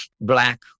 black